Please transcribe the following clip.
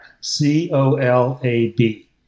C-O-L-A-B